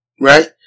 Right